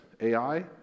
AI